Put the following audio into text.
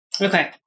Okay